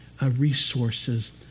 resources